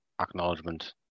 Acknowledgement